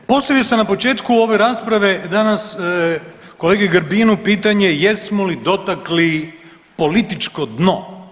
Postavio sam na početku ove rasprave danas kolegi Grbinu pitanje jesmo li dotakli političko dno.